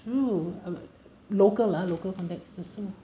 true uh local ah local context so